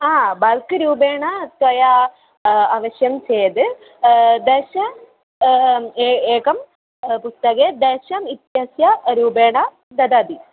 हा बल्क् रूपेण त्वया अवश्यं चेद् दश एकं पुस्तकं दश इत्यस्य रूपेण ददामि